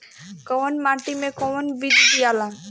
कौन माटी मे कौन बीज दियाला?